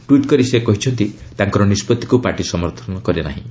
ଟ୍ପିଟ୍ କରି ସେ କହିଛନ୍ତି ତାଙ୍କର ନିଷ୍ପଭିକୁ ପାର୍ଟି ସମର୍ଥନ କରିବ ନାହିଁ